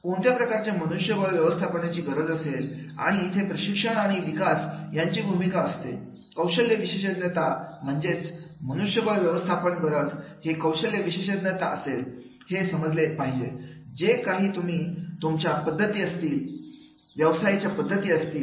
कोणत्या प्रकारचे मनुष्यबळ व्यवस्थापनाची गरज असेल आणि इथे प्रशिक्षण आणि विकास यांची भूमिका असते कौशल्य विशेषज्ञता म्हणजेच मनुष्यबळ व्यवस्थापन गरज हेच कौशल्य विशेषज्ञता असेल हे समजले पाहिजे जे काही तुमच्या पद्धती असतील व्यवसायाच्या पद्धती असतील